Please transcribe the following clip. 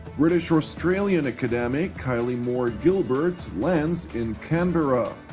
british-australian academic kylie moore-gilbert landed in canberra.